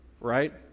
right